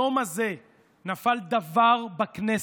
ביום הזה נפל דבר בכנסת,